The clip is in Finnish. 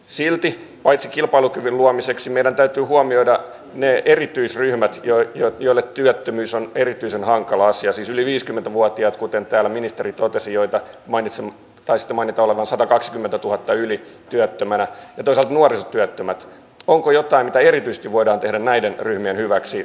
silti paitsi kilpailukyvyn luomiseksi meidän täytyy huomioida ne erityisryhmät joille että koti on erityisen hankala asia siis yli viisikymmentä vuotias kuten pääministeri totesi joita mainitse tästä monet olevan satakaksikymmentätuhatta yli työttömänä toiset nuoret työttömät onko paras paikka ihmisen elää olla ja asua